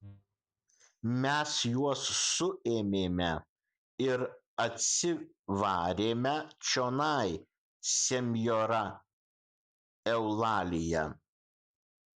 mes juos suėmėme ir atsivarėme čionai senjora eulalija